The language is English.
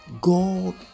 God